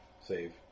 save